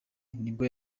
nibwo